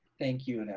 thank you, annette.